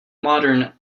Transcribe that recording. modern